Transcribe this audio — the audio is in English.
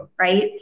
Right